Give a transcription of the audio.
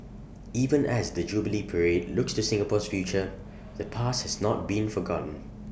even as the jubilee parade looks to Singapore's future the past has not been forgotten